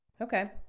Okay